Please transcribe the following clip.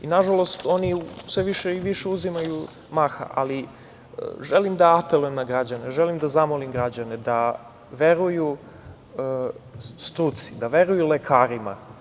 Nažalost, oni sve više i više uzimaju maha, ali želim da apelujem na građane, želim da zamolim građane da veruju struci, da veruju lekarima.